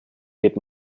geht